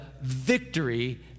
victory